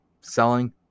selling